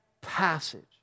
passage